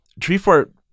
Treefort